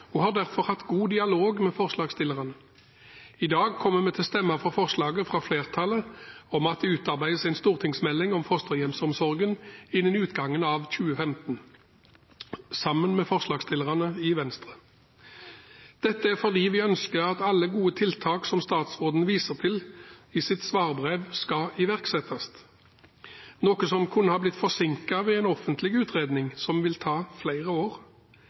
vi har derfor hatt en god dialog med forslagsstillerne. I dag kommer vi til å stemme for tilrådingen fra komitéflertallet om at det utarbeides en stortingsmelding om fosterhjemsomsorgen innen utgangen av 2015, sammen med forslagsstillerne i Venstre. Dette er fordi vi ønsker at alle gode tiltak som statsråden viser til i sitt svarbrev, skal iverksettes, noe som kunne ha blitt forsinket ved en offentlig utredning, som vil ta flere år.